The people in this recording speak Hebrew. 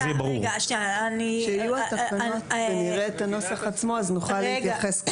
כשנראה את התקנות נוכל להתייחס,